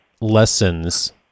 lessons